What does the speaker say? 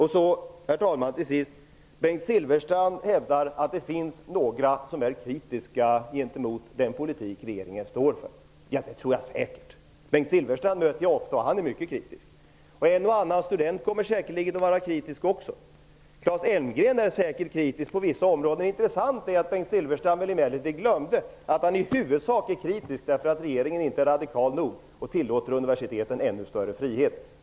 Herr talman! Bengt Silfverstrand hävdade att det finns några som är kritiska gentemot den politik som regeringen står för. Ja, det tror jag säkert! Jag möter ofta Bengt Silfverstrand, och han är mycket kritisk. En och annan student kommer säkerligen också att vara kritisk. Claes Elmgren är säkert kritisk på vissa områden. Det är emellertid intressant att Bengt Silfverstrand glömde att han i huvudsak är kritisk därför att regeringen inte är radikal nog och tillåter universiteten ännu större frihet.